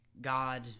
God